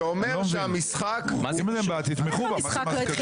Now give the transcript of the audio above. זה אומר שהמשחק --- איך המשחק לא התחיל?